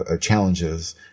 challenges